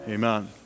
Amen